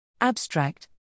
Abstract